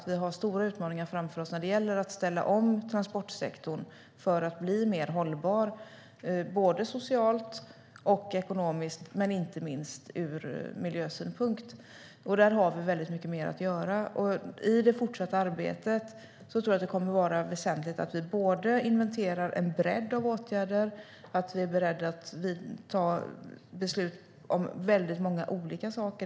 Vi har stora utmaningar framför oss vad gäller att ställa om transportsektorn för att bli mer hållbar socialt, ekonomiskt och inte minst ur miljösynpunkt. Här har vi mycket mer att göra. I det fortsatta arbetet kommer det att vara väsentligt att vi både inventerar en bredd av åtgärder och att vi är beredda att ta beslut om många olika saker.